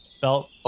Belt